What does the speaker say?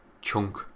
chunk